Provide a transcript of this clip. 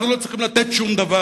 אנחנו לא צריכים לתת שום דבר.